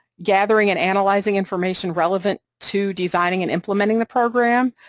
gathering and analyzing information relevant to designing and implementing the program,